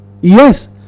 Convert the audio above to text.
Yes